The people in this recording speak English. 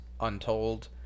Untold